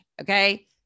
Okay